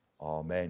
Amen